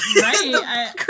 Right